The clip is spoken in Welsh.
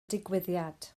digwyddiad